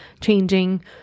changing